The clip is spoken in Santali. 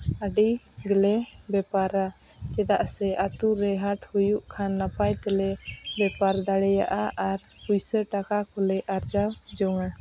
ᱟᱹᱰᱤ ᱜᱮᱞᱮ ᱵᱮᱯᱟᱨᱟ ᱪᱮᱫᱟᱜ ᱥᱮ ᱟᱛᱳ ᱨᱮ ᱦᱟᱴ ᱦᱩᱭᱩᱜ ᱠᱷᱟᱱ ᱱᱟᱯᱟᱭ ᱛᱮᱞᱮ ᱵᱮᱯᱟᱨ ᱫᱟᱲᱮᱭᱟᱜᱼᱟ ᱟᱨ ᱯᱩᱭᱥᱟᱹ ᱴᱟᱠᱟ ᱠᱚᱞᱮ ᱟᱨᱡᱟᱣ ᱡᱚᱝᱼᱟ